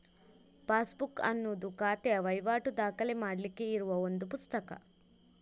passbook ಅನ್ನುದು ಖಾತೆಯ ವೈವಾಟು ದಾಖಲೆ ಮಾಡ್ಲಿಕ್ಕೆ ಇರುವ ಒಂದು ಪುಸ್ತಕ